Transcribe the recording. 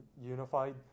unified